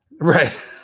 Right